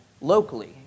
locally